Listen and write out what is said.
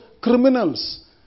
criminals